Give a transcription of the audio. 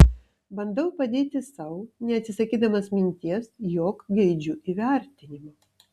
bandau padėti sau neatsisakydamas minties jog geidžiu įvertinimo